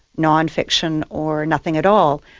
non-fiction or nothing at all,